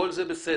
כל זה בסדר